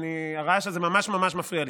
הרעש הזה ממש ממש מפריע לי.